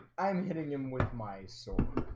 i'm hitting him with mice so